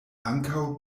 ankaŭ